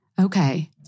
Okay